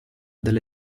delle